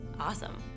awesome